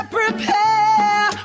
prepare